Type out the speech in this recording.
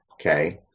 Okay